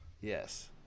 Yes